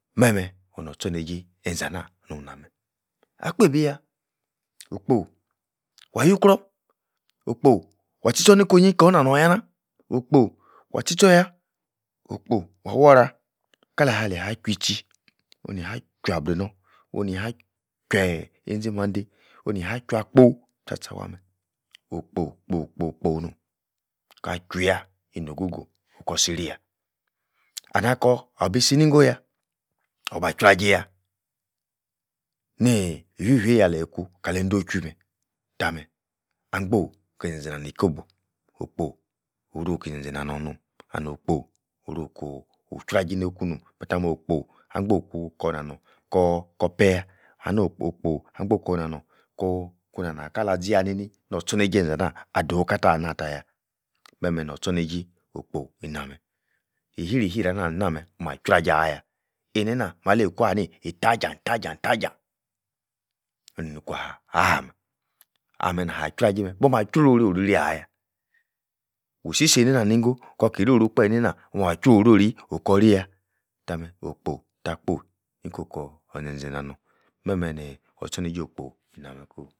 Meh-meh onor-tchorneijei enzeh-ah-nah nun-nah-meh akpebi yah, okpo wah yu-kruor, okpo wah tchi-tchor niko-onyi kor na-norn yah-nah! okpo wah tchi-tchor yah okpo, wah wor-orah kala lia-chwui-tchi onia-ha chwua-brinor, oniaah chwueeh ezi-mandei onia-chwuah-kpo'h tcha-tcha wah-meh okpo-kpo-kpo-kpo, ka-chwua-yah, ino-go-go-kor-siri yah and akor bi sini-go yah, or-ba jrujei-yah nii-ifi-feiyi alia-ku kalei-dochwu meh tah-meh ankpoi ki zen-zen nani-kobo okpo, oro-ki-zen-ze nanorn no'm and okpo oro-kun jrujei no'h ku-nom. tah-meh okpo ankpo-ku, kor-nah-norn kor-kor peh-yah anah okpo-kpo angbo kor-na nun jor-kuna-nah kala zi-yah-nini nor-tchorneijei ena nah ado'h kata anah taya meh-meh-nor-ortchorneijei okpo ina-meh. E-hrir-hiri ah-nah-nah meh, omah jruaja-ah-yah eineina malei ikunah ni itajan-tajan-tajan onu-nikwah aha-meh ah-meh nikwah jruajei-meh, boma jru-rori oriri-ayah, wii-si-si eneina ni-ingo, kor-ki roru kpah einaina omah-jruorori okor-ri-yah. tah meh okpo tah kpoi ni ko kor enzen-ze na-norn meh-meh ni or-tchornrijri okpo ina-meh ko'h